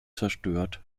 zerstört